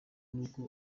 n’uko